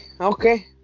Okay